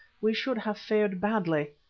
we should have fared badly.